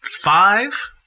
five